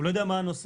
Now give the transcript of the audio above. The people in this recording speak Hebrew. נגד."